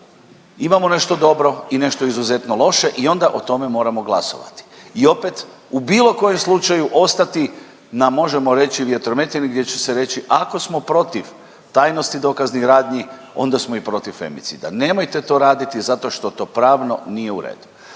imamo nešto dobro i nešto izuzetno loše i onda o tome moramo glasovati i opet u bilo kojem slučaju ostati na, možemo reći, vjetrometini gdje će se reći ako smo protiv tajnosti dokaznih radnji onda smo i protiv femicida. Nemojte to raditi zato što to pravno nije u redu.